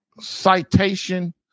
Citation